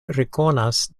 rekonas